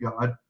God